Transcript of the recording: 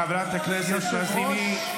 חברת הכנסת לזימי,